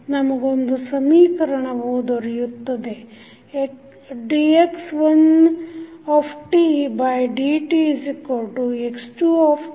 ನಮಗೊಂದು ಸಮೀಕರಣವು ದೊರೆಯುತ್ತದೆ dx1dtx2t